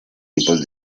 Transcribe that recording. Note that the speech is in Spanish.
tipos